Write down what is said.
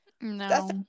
No